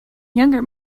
younger